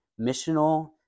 missional